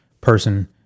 Person